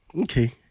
okay